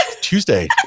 Tuesday